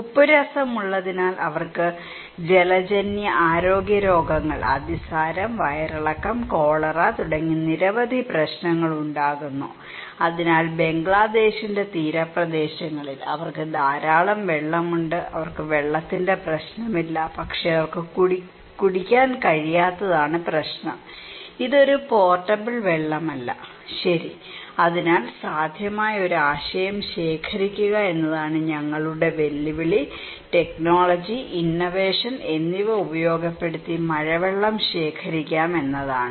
ഉപ്പുരസമുള്ളതിനാൽ അവർക്ക് ജലജന്യ ആരോഗ്യ രോഗങ്ങൾ അതിസാരം വയറിളക്കം കോളറ തുടങ്ങി നിരവധി പ്രശ്നങ്ങൾ ഉണ്ടാകുന്നു അതിനാൽ ബംഗ്ലാദേശിന്റെ തീരപ്രദേശങ്ങളിൽ അവർക്ക് ധാരാളം വെള്ളമുണ്ട് അവർക്ക് വെള്ളത്തിന്റെ പ്രശ്നമില്ല പക്ഷേ അവർക്ക് കുടിക്കാൻ കഴിയാത്തതാണ് പ്രശ്നം ഇത് ഒരു പോർട്ടബിൾ വെള്ളമല്ല ശരി അതിനാൽ സാധ്യമായ ഒരു ആശയം ശേഖരിക്കുക എന്നതാണ് ഞങ്ങളുടെ വെല്ലുവിളി ടെക്നോളജി ഇന്നൊവേഷൻ എന്നിവ ഉപയോഗപ്പെടുത്തി മഴവെള്ളം ശേഖരിക്കാം എന്നതാണ്